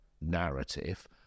narrative